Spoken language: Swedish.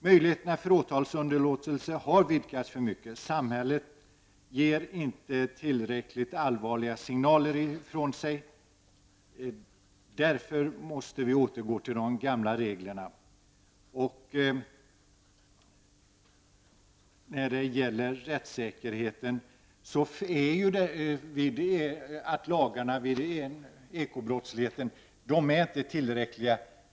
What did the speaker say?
Möjligheterna till åtalsunderlåtelse har vidgats alltför mycket. Samhället ger inte tillräckligt allvarliga signaler. Därför måste vi ju återgå till de gamla reglerna. När det gäller rättssäkerheten är det så att lagarna beträffande ekobrottsligheten inte är tillräckliga.